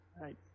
Right